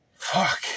Fuck